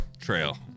Trail